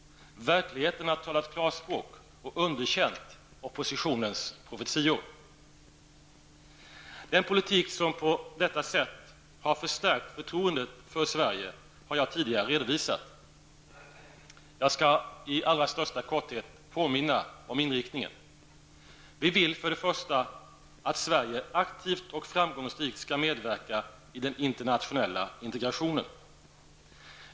Verkligheten har talat klarspråk och underkänt oppositionens profetior. Den politik som på detta sätt har förstärkt förtroendet för Sverige har jag tidigare redovisat. Jag skall i korthet påminna om inriktningen. Vi vill att Sverige aktivt och framgångsrikt skall medverka i den internationella integrationen.